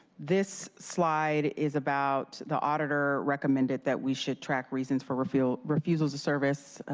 this slide is about the auditor recommended that we should track reasons for refusal refusal to service,